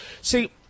See